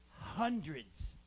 Hundreds